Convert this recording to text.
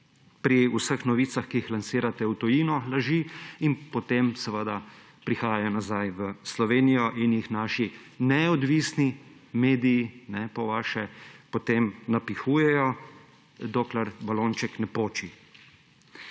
pri vseh novicah, ki jih lansirate v tujino, laži; in potem prihajajo nazaj v Slovenijo in jih naši, po vaše, neodvisni mediji potem napihujejo, dokler balonček ne poči.